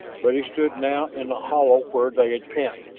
but he stood now in the hollow where they had camped,